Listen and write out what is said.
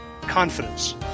Confidence